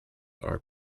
are